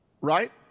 right